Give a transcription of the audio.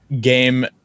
game